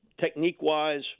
technique-wise